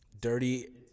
Dirty